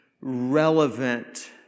relevant